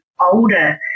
older